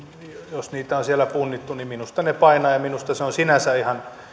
jos niitä on siellä punnittu painavat ja minusta se on sinänsä ihan